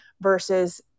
versus